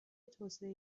توسعه